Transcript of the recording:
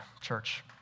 church